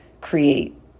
create